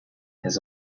his